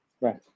Right